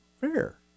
fair